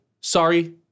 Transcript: Sorry